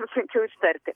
vis sunkiau ištarti